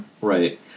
Right